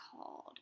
called